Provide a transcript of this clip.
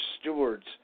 stewards